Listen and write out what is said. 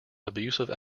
abusive